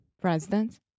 President